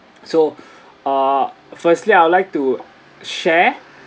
so uh firstly I'd like to share